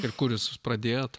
ir kur jūs pradėjot